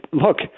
look